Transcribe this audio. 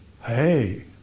Hey